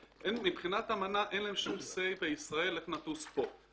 מבחינת האמנה אין להם שום say בישראל איך נטוס פה.